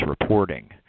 reporting